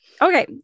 Okay